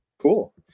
cool